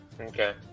Okay